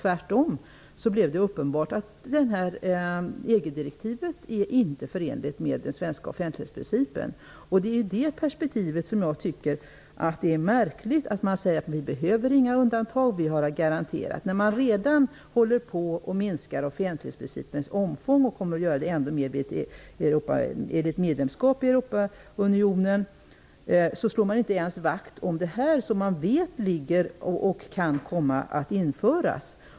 Tvärtom blev det uppenbart att EG-direktivet inte är förenligt med den svenska offentlighetsprincipen. Med det perspektivet tycker jag att det är märkligt att man säger att Sverige inte behöver några undantag och att det finns garantier. Offentlighetsprincipens omfång håller ju redan på att minskas, och vid ett medlemskap i Europeiska unionen slår man inte ens vakt om det som man vet föreligger och som kan komma att införas.